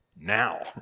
now